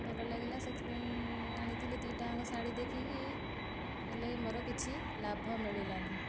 ଭଲ ଲାଗିଲା ସେଥିପାଇଁ ଆଣିଥିଲି ଦୁଇଟାଯାକ ଶାଢ଼ୀ ଦେଖିକି ହେଲେ ମୋର କିଛି ଲାଭ ମିଳିଲାନି